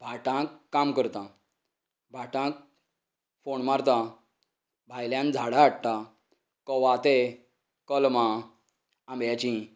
भाटांत काम करता भाटांत फोंड मारतां भायल्यान झाडां हाडटात कवाथें कलमां आंब्यांचीं